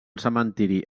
cementiri